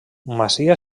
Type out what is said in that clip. masia